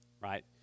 right